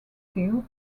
steel